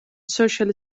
social